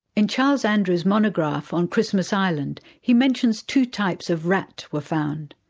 in charles andrews' monograph on christmas island he mentions two types of rat were found.